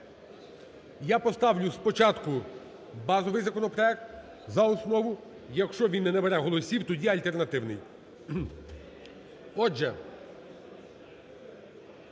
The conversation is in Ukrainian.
Я поставлю спочатку базовий законопроект за основу. Якщо він не набере голосів, тоді альтернативний.